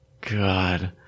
God